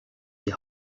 die